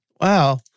Wow